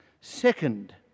Second